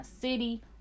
city